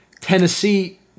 Tennessee